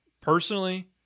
Personally